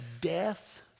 death